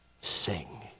sing